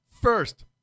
First